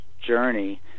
journey